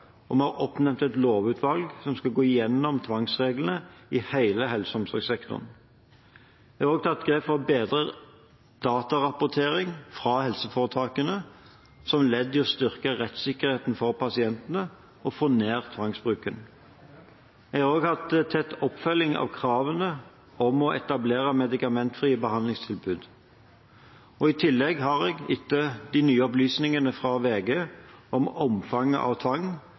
og vi har oppnevnt et lovutvalg som skal gå igjennom tvangsreglene i hele helse- og omsorgssektoren. Jeg har også tatt grep for bedre datarapportering fra helseforetakene, som ledd i å styrke rettssikkerheten for pasienter og få ned tvangsbruken. Jeg har også hatt tett oppfølging av kravet om å etablere medikamentfrie behandlingstilbud. I tillegg har jeg – etter de nye opplysningene fra VG om omfanget av tvang